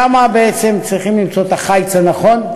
שם בעצם צריכים למצוא את החיץ הנכון.